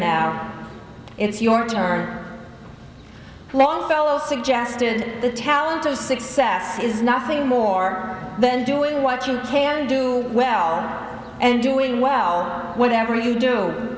now it's your turn longfellow suggested the talent of success is nothing more than doing what you can do well and doing well whatever you do